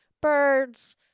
birds